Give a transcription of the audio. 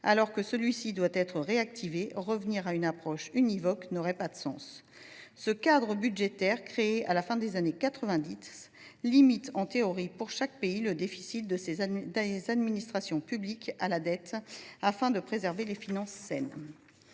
Alors que ce pacte doit être réactivé, revenir à une approche univoque n’aurait pas de sens. Ce cadre budgétaire, créé à la fin des années 1990, limite, en théorie, pour chaque pays, le déficit des administrations publiques et la dette, afin de préserver des finances saines.